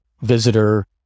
visitor